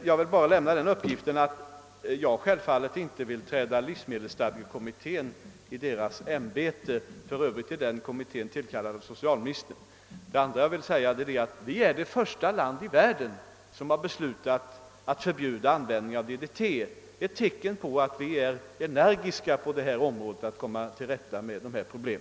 Herr talman! Får jag helt kort framhålla att jag självfallet inte kommer att falla livsmedelsstadgekommittén i ämbetet. För övrigt är denna kommitté tillsatt av socialministern. Vidare vill jag påpeka att Sverige är det första land i världen som beslutat förbjuda användning av DDT, ett tecken på att vi är energiska när det gäller att komma till rätta med dessa problem.